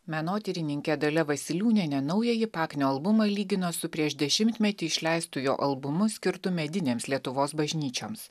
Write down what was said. menotyrininkė dalia vasiliūnienė naująjį paknio albumą lygino su prieš dešimtmetį išleistu jo albumu skirtu medinėms lietuvos bažnyčioms